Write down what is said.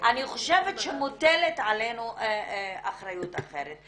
אני חושבת שמוטלת עלינו אחריות אחרת.